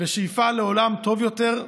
ושאיפה לעולם טוב יותר,